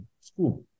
school